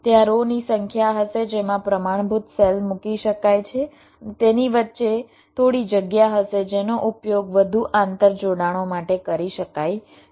ત્યાં રો ની સંખ્યા હશે જેમાં પ્રમાણભૂત સેલ મૂકી શકાય છે અને તેની વચ્ચે થોડી જગ્યા હશે જેનો ઉપયોગ વધુ આંતરજોડાણો માટે કરી શકાય છે